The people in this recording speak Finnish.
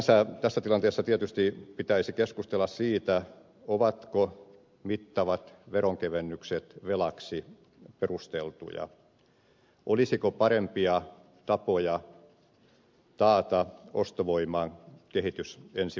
sinänsä tässä tilanteessa tietysti pitäisi keskustella siitä ovatko mittavat veronkevennykset velaksi perusteltuja olisiko parempia tapoja taata ostovoiman kehitys ensi vuonna